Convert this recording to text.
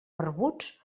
barbuts